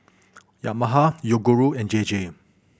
Yamaha Yoguru and J J